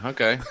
Okay